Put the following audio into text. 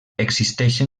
existeixen